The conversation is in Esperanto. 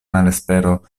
malespero